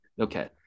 Okay